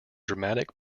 dramatic